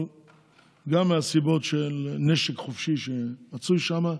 אבל גם מהסיבות של נשק חופשי שמצוי שם.